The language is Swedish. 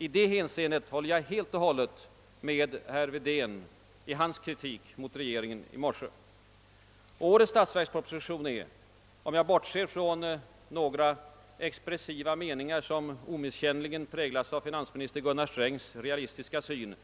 I det hänseendet håller jag helt och hållet med herr Wedén i hans kritik mot regeringen i morse. Årets statsverksproposition är, om jag bortser från några expressiva me ningar som omisskännligt präglas av finansminister Gunnar Strängs realistiska syn,